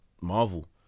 Marvel